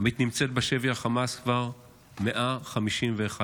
עמית נמצאת בשבי חמאס כבר 151 ימים.